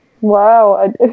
Wow